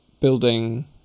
building